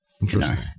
Interesting